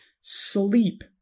sleep